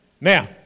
Now